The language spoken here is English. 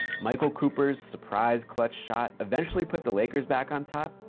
michael cooper's surprise clutch shot eventually put the lakers back on top,